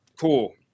Cool